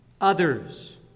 others